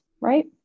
right